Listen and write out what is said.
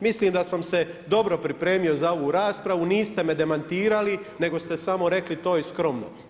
Mislim da sam se dobro pripremio za ovu raspravu, niste me demantirali, nego ste samo rekli to je skromno.